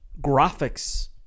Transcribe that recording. graphics